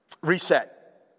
Reset